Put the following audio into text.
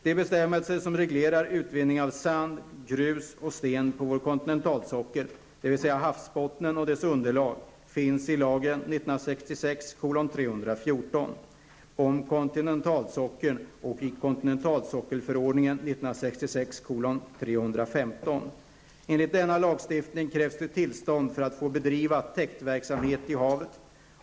De bestämmelser som reglerar utvinning av sand, grus och sten på vår kontinentalsockel, dvs. havsbottnen och dess underlag, finns i lagen om kontinentalsockeln och i kontinentalsockelförordningen . Enligt denna lagstiftning krävs det tillstånd för att få bedriva täktverksamhet i havet.